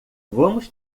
vamos